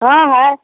हाँ है